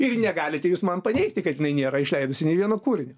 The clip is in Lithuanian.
ir negalite jūs man paneigti kad jinai nėra išleidusi nei vieno kūrinio